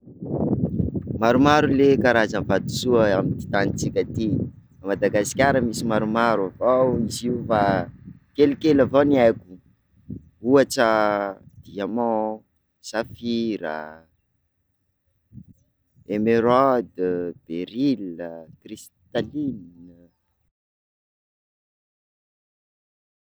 Maromaro ley karazana vatosoa amty tanintsika ty, Madagasikara misy maromaro avao izy io fa kelikely avao ny aiko, ohatra: diamant, safira, emeraude, beryl, cristal iny.